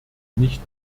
nicht